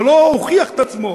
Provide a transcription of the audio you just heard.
זה לא הוכיח את עצמו.